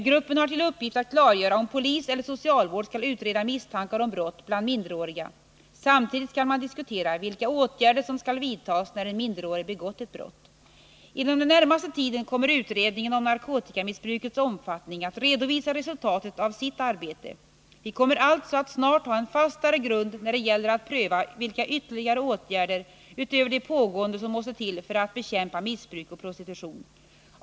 Gruppen har till uppgift att klargöra om polis eller socialvård skall utreda misstankar om brott bland minderåriga. Samtidigt skall man diskutera vilka åtgärder som skall vidtas när en minderårig begått ett brott. ; Inom den närmaste tiden kommer utredningen om narkotikamissbrukets omfattning att redovisa resultatet av sitt arbete. Vi kommer alltså att snart ha en fastare grund när det gäller att pröva vilka ytterligare åtgärder utöver de pågående som måste till för att bekämpa missbruk och prostitution.